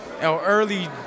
Early